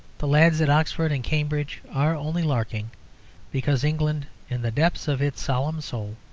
the lads at oxford and cambridge are only larking because england, in the depths of its solemn soul,